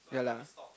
ya lah